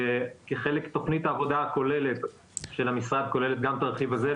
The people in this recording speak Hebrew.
תכנית העבודה הכוללת של המשרד כוללת גם את הרכיב הזה.